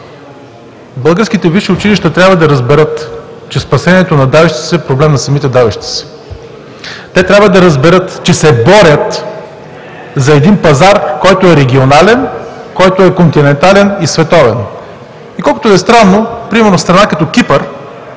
Българските висши училища трябва да разберат, че спасението на давещите се е проблем на самите давещи се. Те трябва да разберат, че се борят за един пазар, който е регионален, който е континентален, и световен. И колкото и да е странно, примерно страна като Кипър